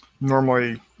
Normally